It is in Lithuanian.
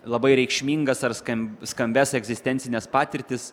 labai reikšmingas ar skam skambias egzistencines patirtis